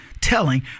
telling